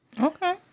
Okay